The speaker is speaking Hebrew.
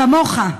כמוך.